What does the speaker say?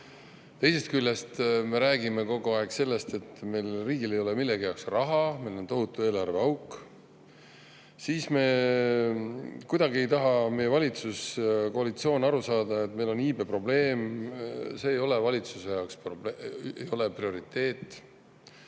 teisest küljest me räägime kogu aeg sellest, et riigil ei ole millegi jaoks raha ja meil on tohutu eelarveauk. Kuidagi ei taha meie valitsuskoalitsioon aru saada, et meil on iibeprobleem – see ei ole valitsuse jaoks prioriteet.